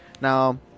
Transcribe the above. Now